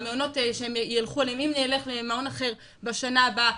המעונות שאם נלך למעון אחר בשנה הבאה,